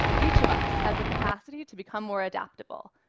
each of us has the capacity to become more adaptable.